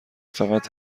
فقط